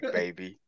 baby